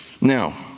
Now